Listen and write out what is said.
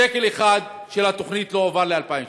שקל אחד של התוכנית לא הועבר ל-2017.